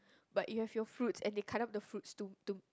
but you have your fruits and they cut up the fruits to to